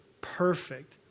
perfect